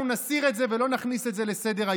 נסיר את זה ולא נכניס את זה לסדר-היום.